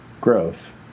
growth